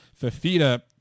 Fafita